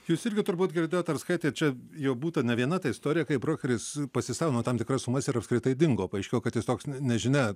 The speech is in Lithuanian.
jūs irgi turbūt girdėjot ar skaitėt čia jau būta ne viena ta istorija kai brokeris pasisavino tam tikras sumas ir apskritai dingo paaiškėjo kad jis toks nežinia